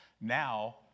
Now